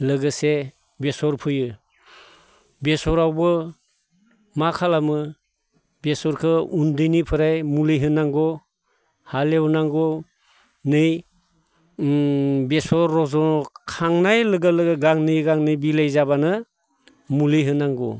लोगोसे बेसर फोयो बेसरावबो मा खालामो बेसरखौ उन्दैनिफ्राय मुलि होनांगौ हालेवनांगौ नै बेसर रज'खांनाय लोगो लोगो गांनै गांनै बिलाइ जाबानो मुलि होनांगौ